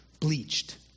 bleached